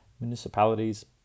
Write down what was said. municipalities